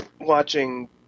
watching